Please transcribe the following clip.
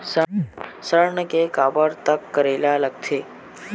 ऋण के काबर तक करेला लगथे?